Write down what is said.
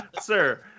Sir